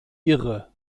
irre